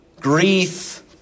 grief